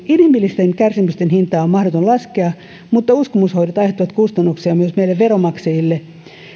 inhimillisten kärsimysten hintaa on mahdoton laskea mutta uskomushoidot aiheuttavat kustannuksia myös meille veronmaksajille